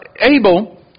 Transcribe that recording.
Abel